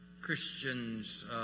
Christians